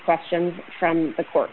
questions from the court